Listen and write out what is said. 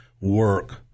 work